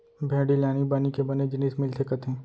भेड़ी ले आनी बानी के बने जिनिस मिलथे कथें